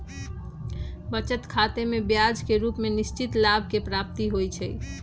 बचत खतामें ब्याज के रूप में निश्चित लाभ के प्राप्ति होइ छइ